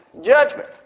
judgment